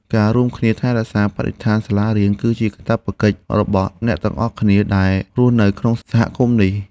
ការរួមគ្នាថែរក្សាបរិស្ថានសាលារៀន គឺជាកាតព្វកិច្ចរបស់អ្នកទាំងអស់គ្នាដែលរស់នៅក្នុងសហគមន៍នេះ។